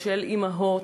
של אימהות,